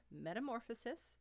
metamorphosis